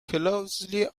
closely